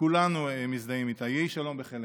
שכולנו מזדהים איתה: "יהי שלום בחילך".